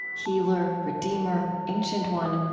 healer, redeemer, ancient one,